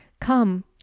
come